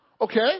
Okay